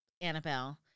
Annabelle